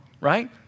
right